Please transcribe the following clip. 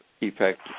effect